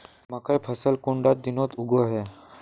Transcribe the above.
मकई फसल कुंडा दिनोत उगैहे?